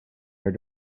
here